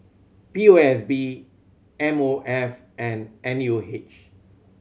P O S B M O F and N U H